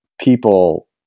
people